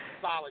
solid